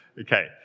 Okay